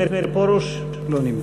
חבר הכנסת מאיר פרוש, לא נמצא.